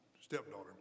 stepdaughter